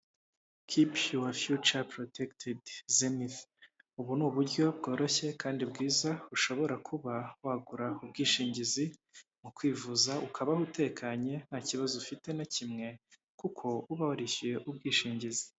Kipu yowa fiyuca porotekidi, Zenithe. Ubu ni uburyo bworoshye kandi bwiza, ushobora kuba wagura ubwishingizi mu kwivuza ukabaho utekanye nta kibazo ufite na kimwe, kuko uba warishyuye ubwishingizi.